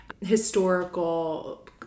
historical